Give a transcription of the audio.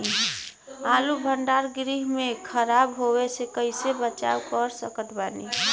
आलू भंडार गृह में खराब होवे से कइसे बचाव कर सकत बानी?